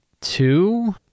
two